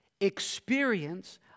experience